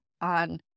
on